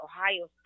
Ohio